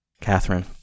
Catherine